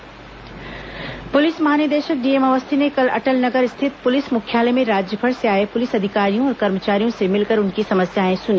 police महानिदेशक समस्या निवारण पुलिस महानिदेशक डी एम अवस्थी ने कल अटल नगर स्थित पुलिस मुख्यालय में राज्यभर से आये पुलिस अधिकारियों और कर्मचारियों से मिलकर उनकी समस्याएं सुनी